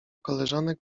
koleżanek